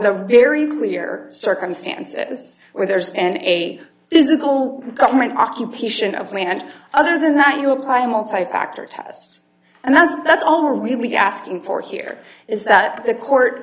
the very clear circumstances where there's been a physical government occupation of land and other than that you apply multi factor test and that's that's all really asking for here is that the court